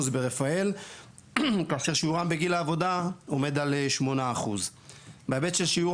רפאל כך ששיעורם בגיל העבודה עומד על 8%. בהיבט של שיעור